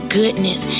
goodness